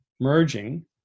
merging